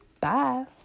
Bye